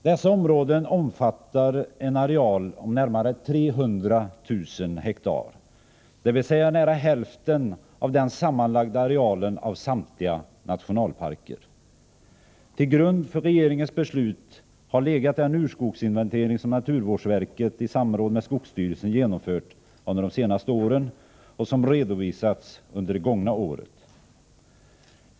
Dessa områden omfattar en areal om närmare 300 000 hektar, dvs. nära hälften av den sammianlagda arealen av samtliga nationalparker. Till grund för regeringens beslut har legat den urskogsinventering som naturvårdsverket i samråd med skogsstyrelsen genomfört under de senaste åren och som redovisats under det gångna året.